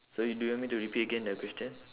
so you do you want me to repeat again the question